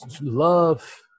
love